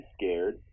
scared